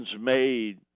made